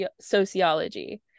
Sociology